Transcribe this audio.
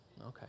Okay